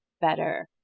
better